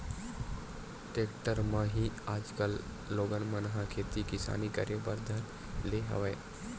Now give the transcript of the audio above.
tractor म ही आजकल लोगन मन ह खेती किसानी करे बर धर ले हवय